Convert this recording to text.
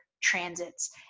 transits